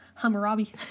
Hammurabi